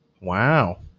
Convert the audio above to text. Wow